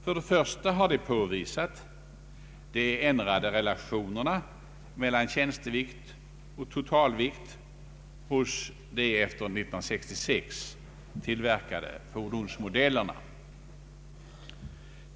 Först och främst har de påvisat de ändrade relationerna mellan tjänstevikt och totalvikt hos de efter 1966 tillverkade fordonsmodellerna.